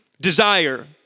Desire